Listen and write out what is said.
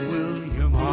William